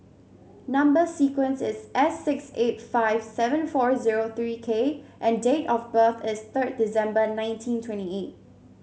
number sequence is S six eight five seven four zero three K and date of birth is third December nineteen twenty eight